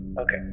Okay